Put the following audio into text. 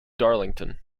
darlington